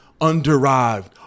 underived